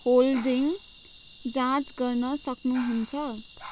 holding जाँच गर्न सक्नुहुन्छ